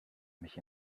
mich